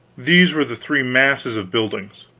these were the three masses of buildings.